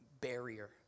barrier